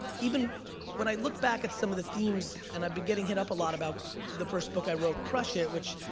even when i look back at some of the themes, and i've been getting hit up a lot about the first book i wrote, crush it, which,